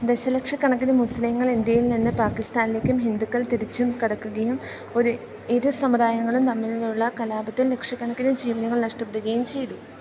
ദശലക്ഷക്കണക്കിന് മുസ്ലീങ്ങൾ ഇന്ത്യയിൽനിന്ന് പാക്കിസ്ഥാനിലേക്കും ഹിന്ദുക്കൾ തിരിച്ചും കടക്കുകയും ഒരു ഇരു സമുദായങ്ങളും തമ്മിലുള്ള കലാപത്തിൽ ലക്ഷക്കണക്കിന് ജീവനുകൾ നഷ്ടപ്പെടുകയും ചെയ്തു